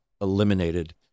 eliminated